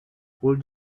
would